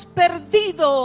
perdido